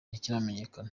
ntikiramenyekana